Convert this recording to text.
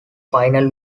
final